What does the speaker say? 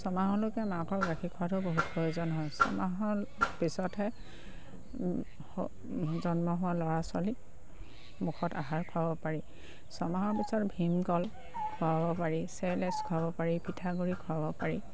ছমাহলৈকে মাাকৰ গাখীৰ খোৱাদো বহুত প্ৰয়োজন হয় ছমাহৰ পিছতহে জন্ম হোৱা ল'ৰা ছোৱালীক মুখত আহাৰ খোৱাব পাৰি ছমাহৰ পিছত ভীমকল খোৱাব পাৰি চেৰেলেক্স খুৱাব পাৰি পিঠাগুড়ি খোৱাব পাৰি